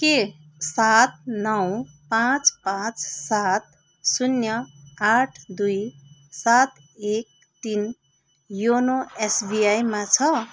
के सात नौ पाँच पाँच सात शून्य आठ दुई सात एक तिन योनो एसबिआईमा छ